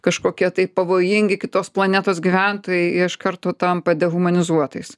kažkokie tai pavojingi kitos planetos gyventojai jie iš karto tampa dehumanizuotais